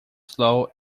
slow